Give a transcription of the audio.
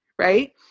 Right